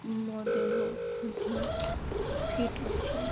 ମୋ ଦେହ ମଧ୍ୟ ଫିଟ୍ ଅଛି